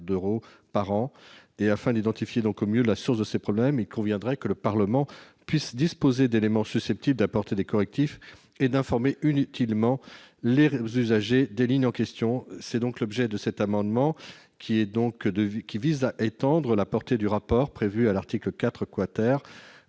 d'euros par an. Afin d'identifier au mieux la source de ces problèmes, il conviendrait que le Parlement puisse disposer d'éléments susceptibles d'apporter des correctifs et d'informer utilement les usagers des lignes en question. Cet amendement vise donc à étendre la portée du rapport prévu à l'article 3 aux